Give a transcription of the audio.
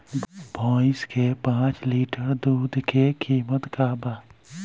भईस के पांच लीटर दुध के कीमत का बा?